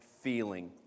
Feeling